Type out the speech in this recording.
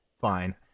fine